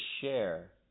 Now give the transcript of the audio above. share